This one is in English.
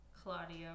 Claudio